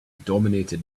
dominated